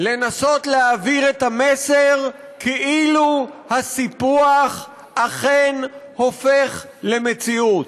לנסות להעביר את המסר כאילו הסיפוח אכן הופך למציאות.